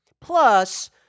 plus